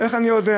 איך אני יודע?